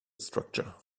structure